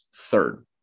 third